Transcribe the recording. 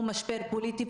הוא משבר פוליטי,